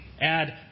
add